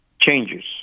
changes